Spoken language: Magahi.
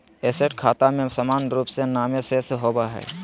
एसेट खाता में सामान्य रूप से नामे शेष होबय हइ